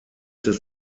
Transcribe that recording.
des